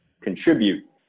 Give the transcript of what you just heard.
contribute